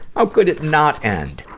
how could it not end